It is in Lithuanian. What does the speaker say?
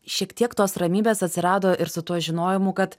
šiek tiek tos ramybės atsirado ir su tuo žinojimu kad